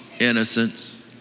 innocence